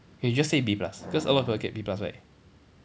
you can just say B plus cause a lot of people get B plus right